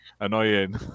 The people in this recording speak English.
annoying